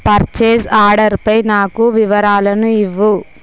purchase ఆర్డర్పై నాకు వివరాలను ఇవ్వుము